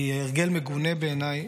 היא הרגל מגונה בעיניי,